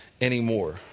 anymore